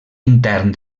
intern